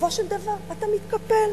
ובסופו של דבר אתה מתקפל.